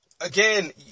again